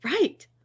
Right